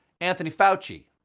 anthony fauci.